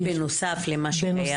בנוסף למה שקיים?